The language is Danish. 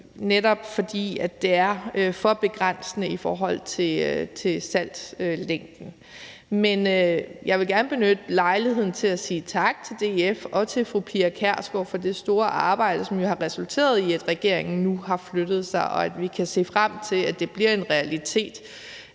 netop, fordi det er for begrænsende i forhold til salgslængden. Men jeg vil gerne benytte lejligheden til at sige tak til DF og til fru Pia Kjærsgaard for det store arbejde, som jo har resulteret i, at regeringen nu har flyttet sig, og at vi kan se frem til, at det bliver en realitet,